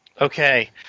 Okay